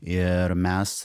ir mes